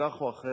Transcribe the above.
כך או אחרת,